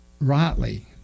Rightly